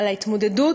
על ההתמודדות,